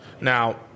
Now